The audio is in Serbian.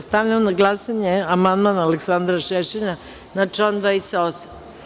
Stavljam na glasanje amandman Aleksandra Šešelja na član 28.